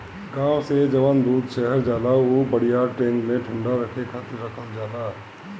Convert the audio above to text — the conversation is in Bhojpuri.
गाँव से जवन दूध शहर जाला उ बड़ियार टैंक में ठंडा रखे खातिर रखल जाला